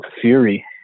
fury